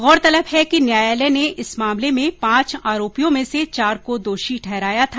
गौरतलब है कि न्यायालय ने इस मामले में पांच आरोपियों में से चार को दोषी ठहराया था